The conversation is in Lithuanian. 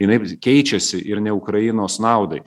jinai vis keičiasi ir ne ukrainos naudai